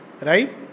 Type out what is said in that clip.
Right